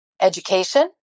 education